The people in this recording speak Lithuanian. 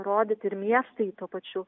rodyti ir miestai tuo pačiu